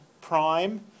prime